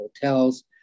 hotels